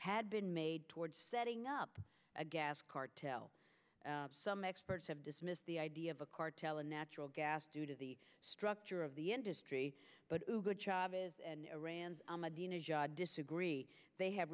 had been made towards setting up a gas cartel some experts have dismissed the idea of a cartel in natural gas due to the structure of the industry but good job is iran's ahmadinejad disagree they ha